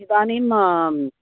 इदानीम् आम्